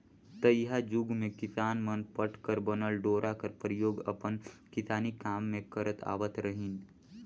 तइहा जुग मे किसान मन पट कर बनल डोरा कर परियोग अपन किसानी काम मे करत आवत रहिन